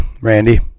Randy